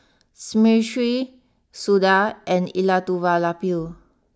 Smriti Suda and Elattuvalapil